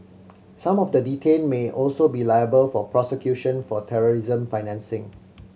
some of the detained may also be liable for prosecution for terrorism financing